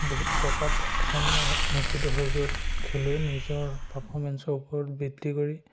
বহুত টকাত অকশ্যন অনুষ্ঠিত হয় য'ত খেলুৱৈৰ নিজৰ পাৰফৰ্মেঞ্চৰ ওপৰত ভিত্তি কৰি